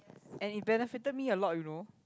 and it benefited me a lot you know